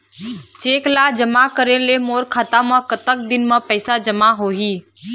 Cheque ला जमा करे ले मोर खाता मा कतक दिन मा पैसा जमा होही?